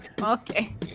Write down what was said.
Okay